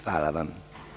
Hvala vam.